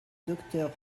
docteur